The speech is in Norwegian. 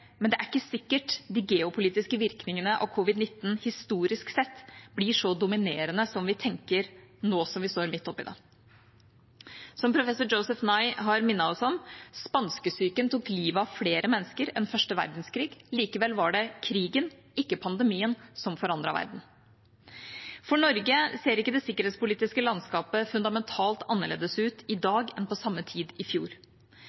men det er ikke sikkert de geopolitiske virkningene av covid-19 historisk sett blir så dominerende som vi tenker nå som vi står midt i det. Som professor Joseph Nye har minnet oss om: Spanskesyken tok livet av flere mennesker enn første verdenskrig. Likevel var det krigen – ikke pandemien – som forandret verden. For Norge ser ikke det sikkerhetspolitiske landskapet fundamentalt annerledes ut i dag enn på samme tid i fjor.